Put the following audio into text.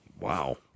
Wow